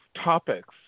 topics